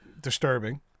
disturbing